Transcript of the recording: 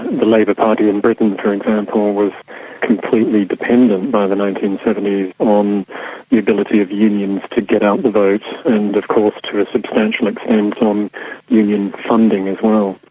the labour party in britain, for example, was completely dependent by the nineteen seventy s on the ability of unions to get out the vote and of course to a substantial extent on union funding as well.